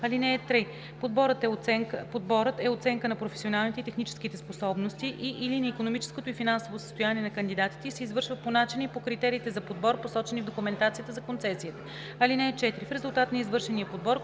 (3) Подборът е оценка на професионалните и техническите способности и/или на икономическото и финансовото състояние на кандидатите и се извършва по начина и по критериите за подбор, посочени в документацията за концесията. (4) В резултат от извършения подбор